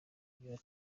kugera